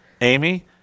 Amy